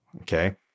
okay